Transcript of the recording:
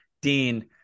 Dean